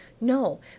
no